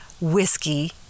whiskey